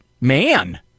man